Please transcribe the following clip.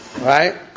right